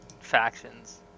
factions